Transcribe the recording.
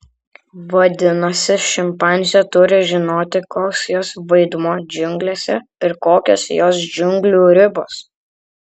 vadinasi šimpanzė turi žinoti koks jos vaidmuo džiunglėse ir kokios jos džiunglių ribos